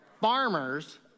Farmers